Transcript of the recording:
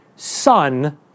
son